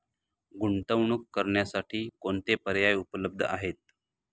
गुंतवणूक करण्यासाठी कोणते पर्याय उपलब्ध आहेत?